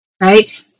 right